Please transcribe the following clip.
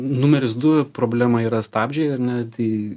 numeris du problema yra stabdžiai ar ne tai